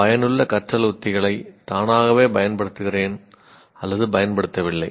பயனுள்ள கற்றல் உத்திகளை தானாகவே பயன்படுத்துகிறேன் பயன்படுத்தவில்லை